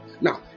Now